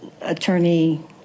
attorney